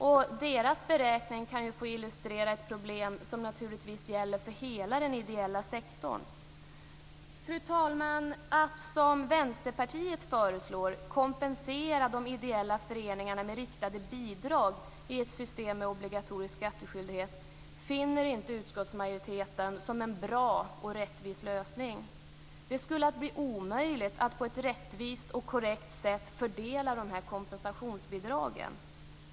Gjorda beräkning kan få illustrera ett problem som naturligtvis gäller för hela den ideella sektorn. Fru talman! Att, som Vänsterpartiet föreslår, kompensera de ideella föreningarna med riktade bidrag i ett system med obligatorisk skattskyldighet finner inte utskottsmajoriteten vara en bra och rättvis lösning. Det skulle bli omöjligt att på ett rättvist och korrekt sätt fördela de här kompensationsbidragen.